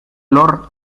lord